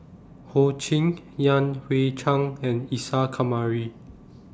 Ho Ching Yan Hui Chang and Isa Kamari